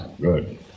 Good